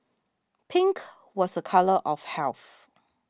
pink was a colour of health